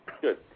Good